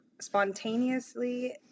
spontaneously